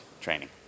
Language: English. training